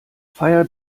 feier